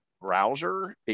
browser